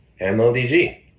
MLDG